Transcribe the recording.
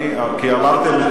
כי אמרתם: